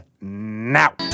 now